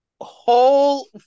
whole